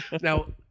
Now